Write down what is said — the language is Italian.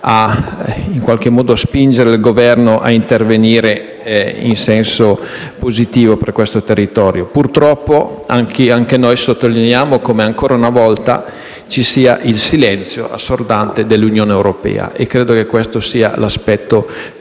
in qualche modo a spingere il Governo a intervenire in senso positivo per quel territorio. Purtroppo, anche noi dobbiamo sottolineare come ancora una volta ci sia il silenzio assordante dell’Unione europea e credo che questo sia uno